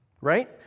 Right